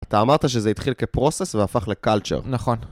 אתה אמרת שזה התחיל כ-Process והפך ל-culture. נכון.